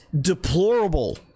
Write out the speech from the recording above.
deplorable